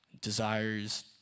desires